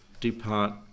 depart